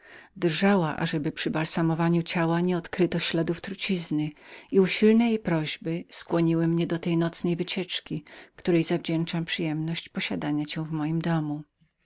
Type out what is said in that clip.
drżała ażeby balsamując ciało nie odkryto śladów trucizny i usilne jej prośby skłoniły mnie do tej nocnej wycieczki której jestem winna przyjemność posiadania cię w moim domu